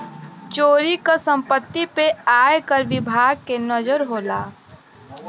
चोरी क सम्पति पे आयकर विभाग के नजर होला